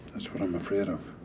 that's what i'm afraid of.